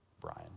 Brian